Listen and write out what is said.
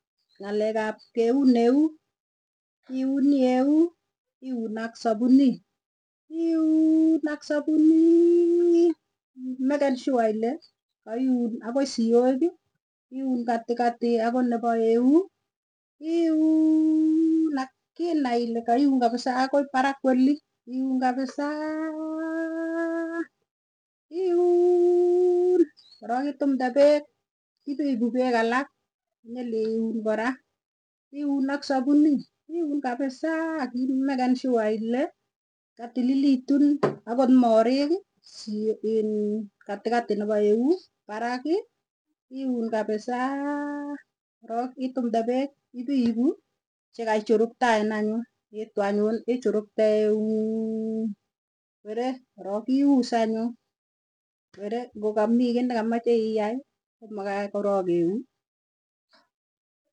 Ng'alekap keun eeu, iun ak sapunit, iuuuun ak sapunit ii make sure ilekaiun akoi siogii iun katikati agot nepo euu iuuun ak inai ile kaiun kabisa akoi parak oli iuun kapisaaaaa iuuuun korok itumde pegg ipipuu pegg alak nyeleun kora iunak sapuni, iun kabisa ak imaken sure ile katililitun agot morik inn katikati nepo eu parakii iun kabisaa korok itumde pegg ipiipu chekaichuruktaen anyuny iitu anyuny ichuruktee eunyuuny were korok ius anyuny were ngo kamii kii ne kemeche ianyi komaa kaa korok euu.